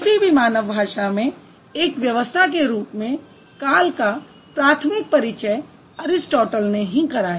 किसी भी मानव भाषा में एक व्यवस्था के रूप में काल का प्राथमिक परिचय अरिस्टॉटल ने ही कराया